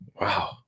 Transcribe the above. Wow